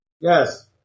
Yes